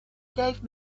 gave